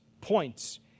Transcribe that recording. points